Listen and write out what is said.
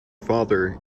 father